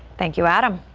thank you adam.